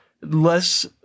less